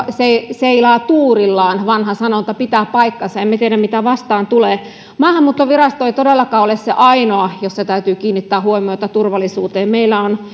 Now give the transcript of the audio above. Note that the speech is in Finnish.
seilaavat tuurillaan vanha sanonta pitää paikkansa emme tiedä mitä vastaan tulee maahanmuuttovirasto ei todellakaan ole se ainoa jossa täytyy kiinnittää huomiota turvallisuuteen meillä on